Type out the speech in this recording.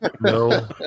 no